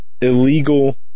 illegal